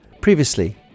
Previously